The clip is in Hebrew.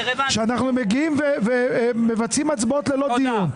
שאנחנו מגיעים ומבצעים הצבעות ללא דיון.